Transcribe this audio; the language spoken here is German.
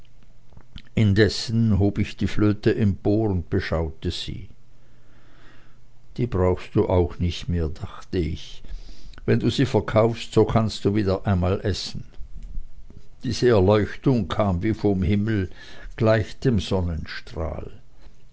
indessen hob ich die flöte empor und beschaute sie die brauchst du auch nicht mehr dachte ich wenn du sie verkaufst so kannst du wieder einmal essen diese erleuchtung kam wie vom himmel gleich dem sonnenstrahl